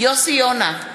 יוסי יונה,